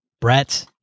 Brett